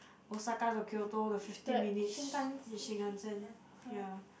Osaka to Kyoto the fifteen minutes in shinkansen yeah